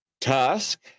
tusk